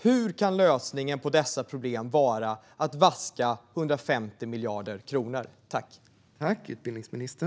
Hur kan lösningen på dessa problem vara att vaska 150 miljarder kronor?